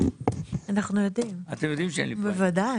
בוודאי.